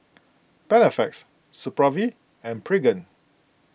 Panaflex Supravit and Pregain